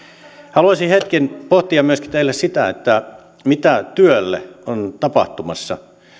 haluaisin hetken pohtia teille myöskin sitä mitä työlle on tapahtumassa